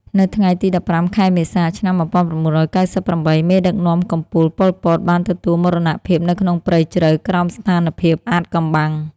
នៅថ្ងៃទី១៥ ខែមេសា ឆ្នាំ១៩៩៨ មេដឹកនាំកំពូល ប៉ុល ពត បានទទួលមរណភាពនៅក្នុងព្រៃជ្រៅក្រោមស្ថានភាពអាថ៌កំបាំង។